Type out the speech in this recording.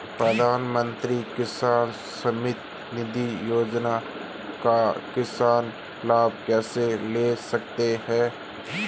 प्रधानमंत्री किसान सम्मान निधि योजना का किसान लाभ कैसे ले सकते हैं?